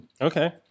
Okay